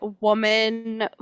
woman